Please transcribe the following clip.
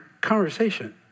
conversation